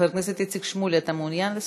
חבר הכנסת איציק שמולי, אתה מעוניין, דקה.